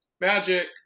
magic